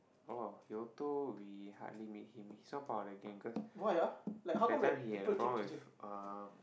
oh we hardly meet him he's not part of the gang cause that time he had a problem with uh